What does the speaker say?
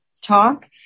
talk